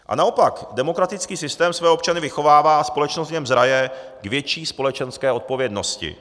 A naopak demokratický systém své občany vychovává a společnost v něm zraje k větší společenské odpovědnosti.